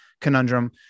conundrum